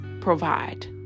provide